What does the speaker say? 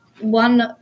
one